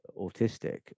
autistic